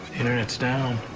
internet's down.